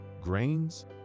grains